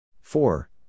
Four